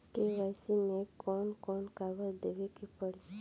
KYC मे कौन कौन कागज देवे के पड़ी?